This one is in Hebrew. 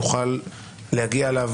נוכל לעשות אותם,